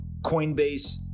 Coinbase